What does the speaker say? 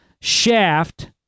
shaft